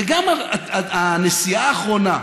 וגם הנסיעה האחרונה.